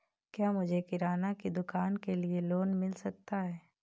क्या मुझे किराना की दुकान के लिए लोंन मिल सकता है?